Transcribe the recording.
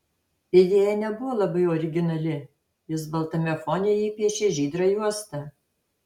idėja nebuvo labai originali jis baltame fone įpiešė žydrą juostą